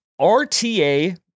RTA